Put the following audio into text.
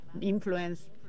influence